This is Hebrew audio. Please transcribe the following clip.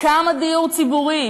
כמה דיור ציבורי,